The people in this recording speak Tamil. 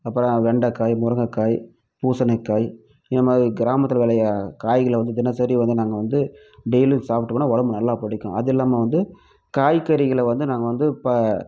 அப்பறம் வெண்டைக்காய் முருங்கைக்காய் பூசணிக்காய் இந்த மாதிரி கிராமத்தில் விளையிற காய்களை வந்து தினசரி வந்து நாங்கள் வந்து டெய்லியும் சாப்பிட்டோம்னா உடம்பு நல்லா பிடிக்கும் அதுவும் இல்லாமல் வந்து காய்கறிகளை வந்து நாங்கள் வந்து ப